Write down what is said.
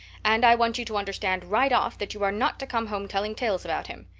and i want you to understand right off that you are not to come home telling tales about him.